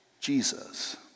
Jesus